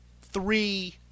three